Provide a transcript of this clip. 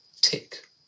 tick